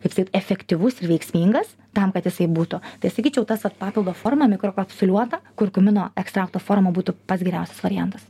kaip sakyt efektyvus ir veiksmingas tam kad jisai būtų tai sakyčiau tas vat papildo forma mikrokapsuliuota kurkumino ekstrakto forma būtų pats geriausias variantas